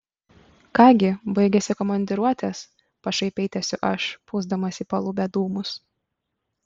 ką gi baigėsi komandiruotės pašaipiai tęsiu aš pūsdamas į palubę dūmus